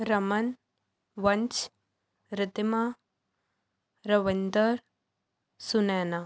Raman Vansh Ratima Ravinder Sunaina